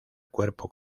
cuerpo